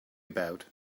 about